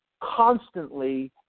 constantly